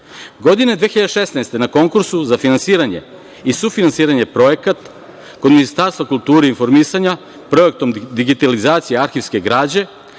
2016. na konkursu za finansiranje i sufinansiranje projekata kod Ministarstva kulture i informisanja projektom digitalizacije arhivske građe,